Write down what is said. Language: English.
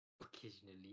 Occasionally